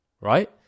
Right